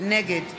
נגד